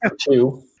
two